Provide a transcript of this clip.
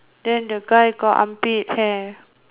then the guy got armpit hair